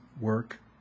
work